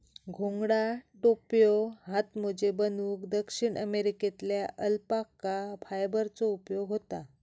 घोंगडा, टोप्यो, हातमोजे बनवूक दक्षिण अमेरिकेतल्या अल्पाका फायबरचो उपयोग होता